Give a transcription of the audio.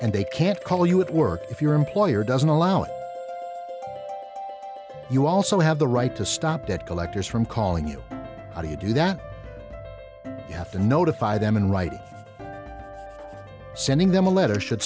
and they can't call you at work if your employer doesn't allow it you also have the right to stop debt collectors from calling you how do you do that you have to notify them in writing sending them a letter should